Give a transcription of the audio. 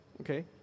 Okay